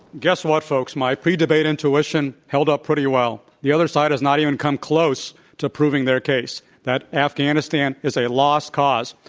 guess what, folks? my pre-debate intuition held up pretty well. the other side has not even come close to proving their case that afghanistan is a lost cause.